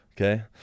Okay